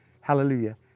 Hallelujah